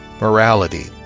morality